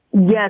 Yes